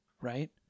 right